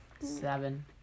Seven